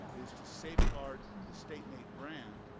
is to safeguard the state naep brand.